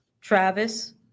Travis